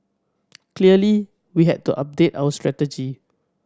clearly we had to update our strategy